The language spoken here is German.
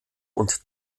und